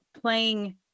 playing